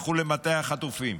לכו למטה החטופים,